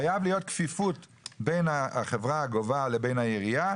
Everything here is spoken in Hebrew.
חייבת להיות כפיפות בין החברה הגובה לבין העירייה,